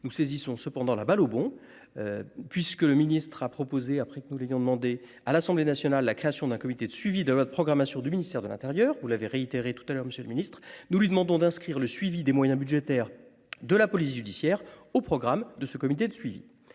nous saisissons cependant la balle au bond. Puisque le ministre a proposé après que nous l'ayons demandé à l'Assemblée nationale, la création d'un comité de suivi de notre programmation du ministère de l'Intérieur, vous l'avez réitéré tout à l'heure Monsieur le Ministre, nous lui demandons d'inscrire le suivi des moyens budgétaires de la police judiciaire. Au programme de ce comité de suivi